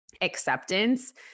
acceptance